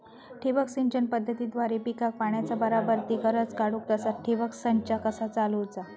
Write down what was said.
ठिबक सिंचन पद्धतीद्वारे पिकाक पाण्याचा बराबर ती गरज काडूक तसा ठिबक संच कसा चालवुचा?